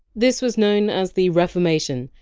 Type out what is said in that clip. this was known as the reformation,